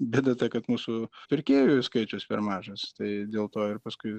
bėda ta kad mūsų pirkėjų skaičius per mažas tai dėl to ir paskui